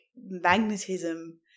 magnetism